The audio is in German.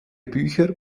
bücher